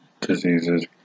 diseases